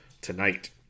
tonight